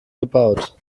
gebaut